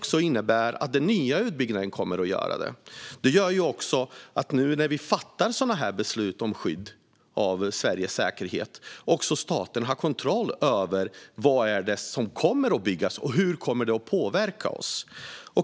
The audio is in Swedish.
Även den nya utbyggnaden kommer att göra det. När vi nu fattar sådana här beslut om skydd av Sveriges säkerhet har staten kontroll över vad som kommer att byggas och hur det kommer att påverka oss.